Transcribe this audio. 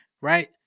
right